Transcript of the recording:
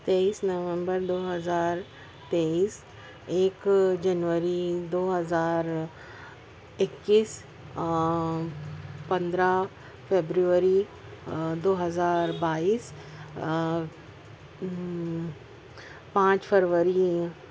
تیئیس نومبر دو ہزار تیئیس ایک جنوری دو ہزار اکیس پندرہ فبروری دو ہزار بائیس پانچ فروری